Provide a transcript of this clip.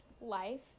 life